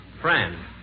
Friend